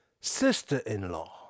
sister-in-law